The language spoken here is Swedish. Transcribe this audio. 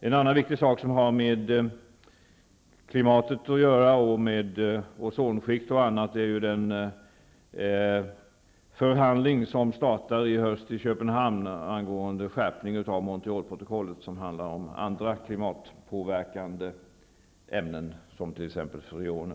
En annan viktig sak som har med klimatet, ozonskikt och annat att göra är den förhandling som startar i höst i Köpenhamn angående skärpning av Montrealprotokollet och som handlar om andra klimatpåverkande ämnen såsom t.ex. freoner.